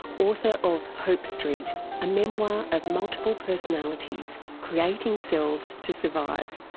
author of hope street a memoir of multiple personalities creating selves to survive.